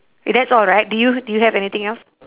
that's alright do you do you have anything else